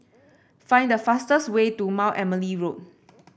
find the fastest way to Mount Emily Road